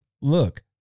look